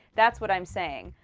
that's what i am saying.